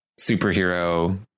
superhero